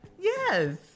Yes